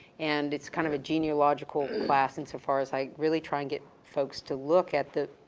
and it's kind of a genealogical and class. and so far as i really try and get folks to look at the,